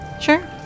Sure